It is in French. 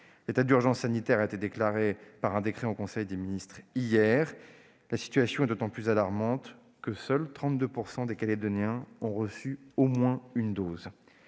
L'état d'urgence sanitaire a été déclaré hier par décret en conseil des ministres. La situation est d'autant plus alarmante que seuls 32 % des Calédoniens ont reçu au moins une dose